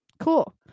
cool